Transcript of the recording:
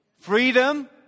freedom